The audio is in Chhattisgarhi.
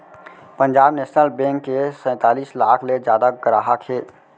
पंजाब नेसनल बेंक के सैतीस लाख ले जादा गराहक हे